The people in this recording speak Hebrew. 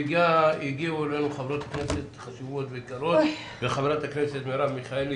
נכנסו לדיון חברות הכנסת מירב מיכאלי